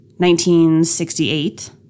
1968